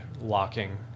locking